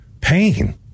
pain